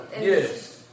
yes